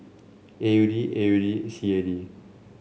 A U D A U D C A D